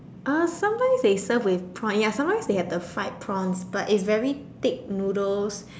uh sometimes they serve with prawn ya sometimes they have the fried prawns but it's the very thick noodles